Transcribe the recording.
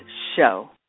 show